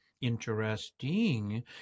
Interesting